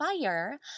fire